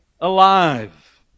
alive